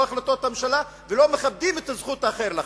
לא את החלטות הממשלה ולא את זכות האחר לחיות.